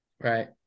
right